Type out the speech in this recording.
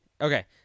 Okay